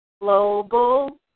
Global